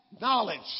knowledge